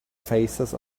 faces